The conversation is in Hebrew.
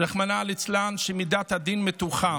רחמנא ליצלן, שבה מידת הדין מתוחה.